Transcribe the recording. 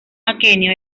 aquenio